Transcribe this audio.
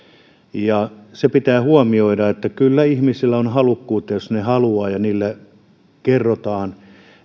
se pitää huomioida että kyllä ihmisillä on halukkuutta jos he haluavat ja heille kerrotaan